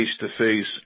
face-to-face